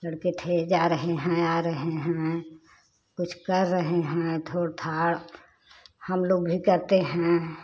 लड़के थे जा रहे हैं आ रहे हैं कुछ कर रहे हैं थोड़ थाड़ हमलोग भी करते हैं